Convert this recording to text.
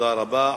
תודה רבה.